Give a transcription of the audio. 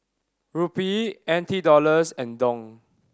Rupee N T Dollars and Dong